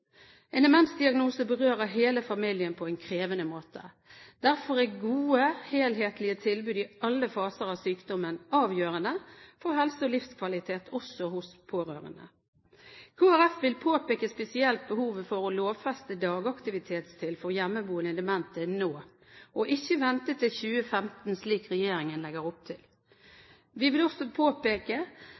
En demensdiagnose berører hele familien på en krevende måte. Derfor er gode, helhetlige tilbud i alle faser av sykdommen avgjørende for helse og livskvalitet, også hos pårørende. Kristelig Folkeparti vil påpeke spesielt behovet for å lovfeste dagaktivitetstilbudet for hjemmeboende demente nå, og ikke vente til 2015 slik regjeringen legger opp til. Vi vil også påpeke